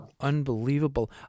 Unbelievable